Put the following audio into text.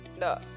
No